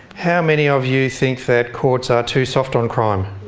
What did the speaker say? how many of you think that courts are too soft on crime?